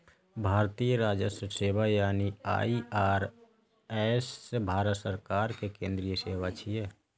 भारतीय राजस्व सेवा यानी आई.आर.एस भारत सरकार के केंद्रीय सेवा छियै